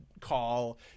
call